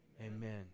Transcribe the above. Amen